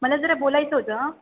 मला जरा बोलायचं होतं